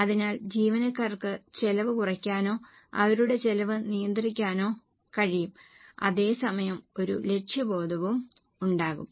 അതിനാൽ ജീവനക്കാർക്ക് ചെലവ് കുറയ്ക്കാനോ അവരുടെ ചെലവ് നിയന്ത്രിക്കാനോ കഴിയും അതേ സമയം ഒരു ലക്ഷ്യബോധവും ഉണ്ടാകും